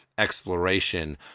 exploration